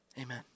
Amen